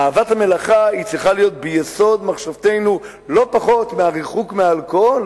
אהבת המלאכה צריכה להיות ביסוד מחשבתנו לא פחות מהריחוק מאלכוהול,